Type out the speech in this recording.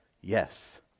yes